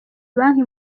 banki